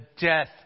death